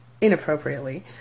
inappropriately